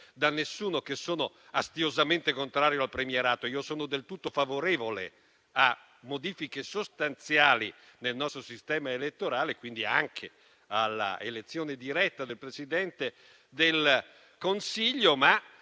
da nessuno che sono astiosamente contrario al premierato. Io sono del tutto favorevole a modifiche sostanziali nel nostro sistema elettorale e, quindi, anche alla elezione diretta del Presidente del Consiglio, ma